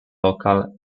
local